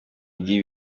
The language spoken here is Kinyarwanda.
migi